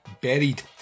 buried